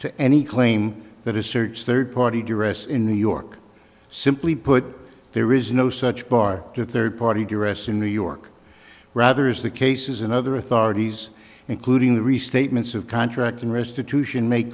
to any claim that asserts third party dress in new york simply put there is no such bar to third party dress in new york rather as the cases in other authorities including the restatements of contract and restitution made